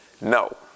No